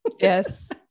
yes